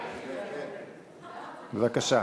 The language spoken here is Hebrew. בבקשה.